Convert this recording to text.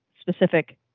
specific